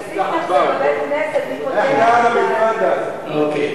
"ספתח" זה בבית-כנסת, מי פותח את, אוקיי.